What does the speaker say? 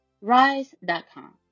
rise.com